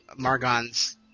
Margon's